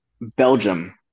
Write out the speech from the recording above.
Belgium